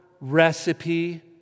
recipe